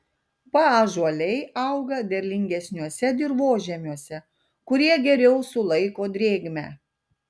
paąžuoliai auga derlingesniuose dirvožemiuose kurie geriau sulaiko drėgmę